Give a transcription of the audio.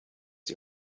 die